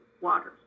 waters